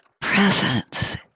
presence